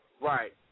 Right